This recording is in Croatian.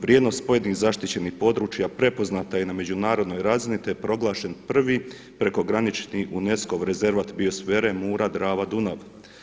Vrijednost pojedinih zaštićenih područja prepoznata je na međunarodnoj razini te je proglašen prvi prekogranični UNESCO rezervat biosfere Mura-Drava-Dunav.